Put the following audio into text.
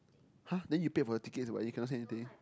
!huh! then you paid for the tickets but you cannot see anything